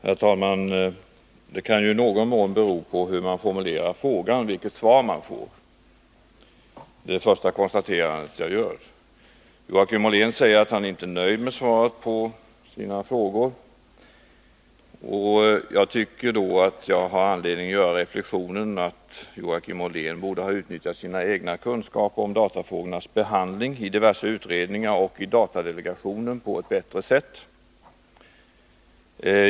Herr talman! Vilket svar man får kan i någon mån bero på hur man formulerar frågan. Det är det första konstaterandet jag vill göra. Joakim Ollén säger att han inte är nöjd med svaret på sina frågor, och jag tycker därför att jag har anledning att göra reflexionen att Joakim Ollén borde ha utnyttjat sina egna kunskaper om datafrågornas behandling i diverse utredningar och i datadelegationen på ett bättre sätt.